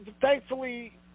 thankfully